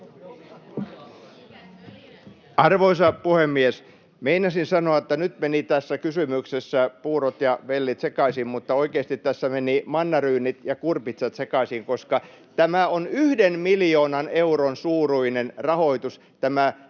Arvoisa puhemies! Meinasin sanoa, että nyt menivät tässä kysymyksessä puurot ja vellit sekaisin, mutta oikeasti tässä menivät mannaryynit ja kurpitsat sekaisin, koska tämä paperittomien välttämätön kiireetön hoito on yhden